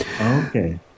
Okay